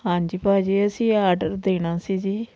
ਹਾਂਜੀ ਭਾਅ ਜੀ ਅਸੀਂ ਆਡਰ ਦੇਣਾ ਸੀ ਜੀ